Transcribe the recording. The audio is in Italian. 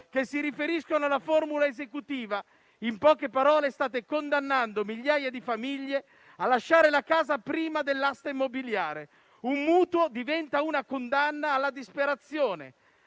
che si riferiscono alla formula esecutiva. In poche parole, state condannando migliaia di famiglie a lasciare la casa prima dell'asta immobiliare; un mutuo diventa una condanna alla disperazione.